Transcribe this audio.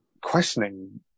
questioning